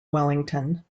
wellington